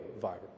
virus